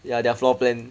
ya their floor plan